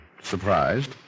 Surprised